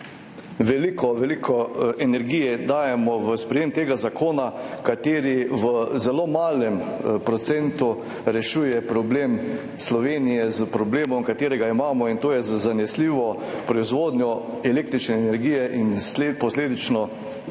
veliko, veliko energije dajemo v sprejetje tega zakona, ki v zelo malem procentu rešuje problem Slovenije, ki ga imamo, to je zanesljiva proizvodnja električne energije in posledično